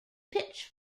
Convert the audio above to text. pitch